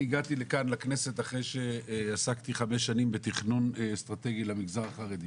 אני הגעתי לכנסת אחרי שעסקתי חמש שנים בתכנון אסטרטגי למגזר החרדי